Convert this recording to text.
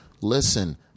Listen